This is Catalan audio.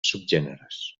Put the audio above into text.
subgèneres